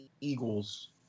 Eagles